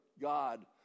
God